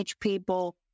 people